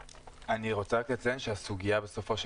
אני רוצה רק לציין שהסוגייה היא בסופו של